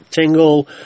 Tingle